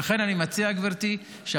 לכן אני מציע, גברתי,